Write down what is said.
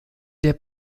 der